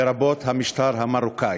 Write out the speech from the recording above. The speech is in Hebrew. לרבות המשטר המרוקני.